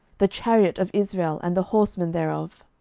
the chariot of israel, and the horsemen thereof.